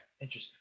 Interesting